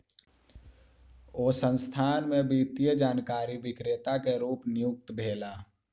ओ संस्थान में वित्तीय जानकारी विक्रेता के रूप नियुक्त भेला